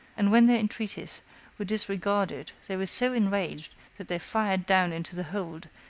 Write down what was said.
and when their entreaties were disregarded they were so enraged that they fired down into the hold,